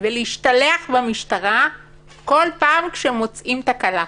ולהשתלח במשטרה כל פעם כשמוצאים תקלה.